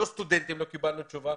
בנושא הסטודנטים לא קיבלנו תשובה,